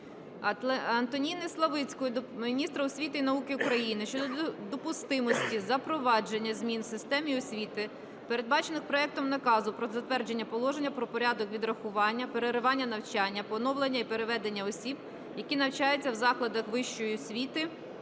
Антоніни Славицької до міністра освіти і науки України щодо недопустимості запровадження змін в системі освіти, передбачених проектом наказу "Про затвердження Положення про порядок відрахування, переривання навчання, поновлення і переведення осіб, які навчаються в закладах віщої освіти,